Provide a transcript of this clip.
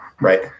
Right